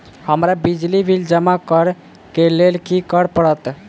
हमरा बिजली बिल जमा करऽ केँ लेल की करऽ पड़त?